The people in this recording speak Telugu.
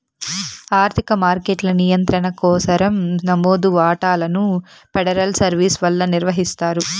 ఆర్థిక మార్కెట్ల నియంత్రణ కోసరం నమోదు వాటాలను ఫెడరల్ సర్వీస్ వల్ల నిర్వహిస్తారు